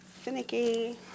Finicky